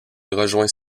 rejoint